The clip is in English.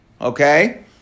Okay